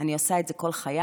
אני עושה את זה כל חיי,